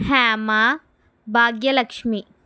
Hema Bhagyalakshmi